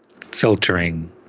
filtering